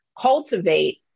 cultivate